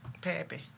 Pappy